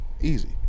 Easy